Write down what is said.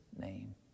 name